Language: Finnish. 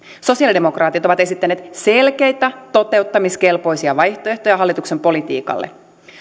sosialidemokraatit ovat esittäneet selkeitä toteuttamiskelpoisia vaihtoehtoja hallituksen politiikalle